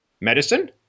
Medicine